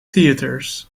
theatres